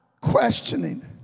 questioning